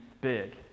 big